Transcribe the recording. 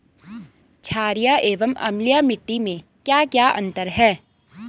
छारीय एवं अम्लीय मिट्टी में क्या क्या अंतर हैं?